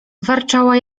warczała